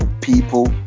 people